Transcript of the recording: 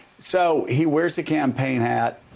so he wears a campaign hat.